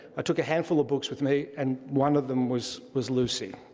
i took a handful of books with me, and one of them was was lucy.